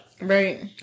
Right